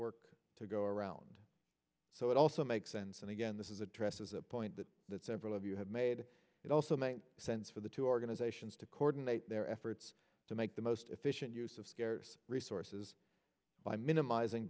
work to go around so it also makes sense and again this is addresses a point that several of you have made it also made sense for the two organizations to coordinate their efforts to make the most efficient use of scarce resources by minimizing